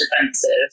defensive